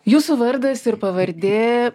jūsų vardas ir pavardė